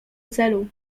celu